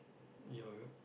your